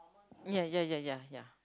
ya ya ya ya ya